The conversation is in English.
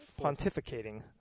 pontificating